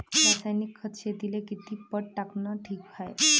रासायनिक खत शेतीले किती पट टाकनं ठीक हाये?